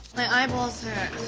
my eyeballs